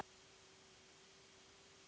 Hvala